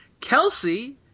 Kelsey